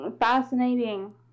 Fascinating